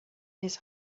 his